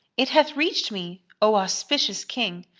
it hath reached me, o auspicious king,